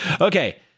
okay